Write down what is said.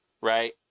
right